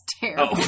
terrible